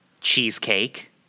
cheesecake